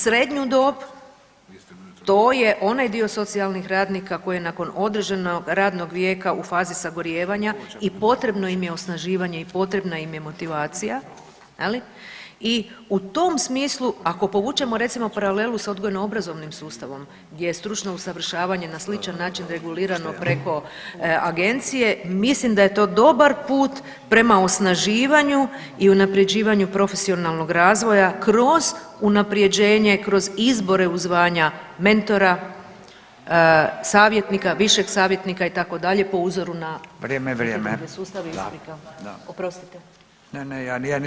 Srednju dob, to je onaj dio socijalnih radnika koji nakon određenog radnog vijeka u fazi sagorijevanja i potrebno im je osnaživanje i potrebna im je motivacija je li i u tom smislu ako povučemo recimo paralelu s odgojno obrazovnim sustavom gdje je stručno usavršavanje na sličan način regulirano preko agencije, mislim da je to dobar put prema osnaživanju i unaprjeđivanju profesionalnog razvoja kroz unaprjeđenje, kroz izbore u zvanja mentora, savjetnika, višeg savjetnika itd. po uzoru na neke druge sustave [[Upadica: Vrijeme, vrijeme]] Isprika moja, oprostite.